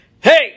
Hey